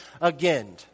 again